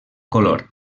color